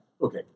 okay